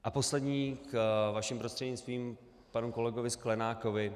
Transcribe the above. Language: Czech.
A poslední, vaším prostřednictvím k panu kolegovi Sklenákovi.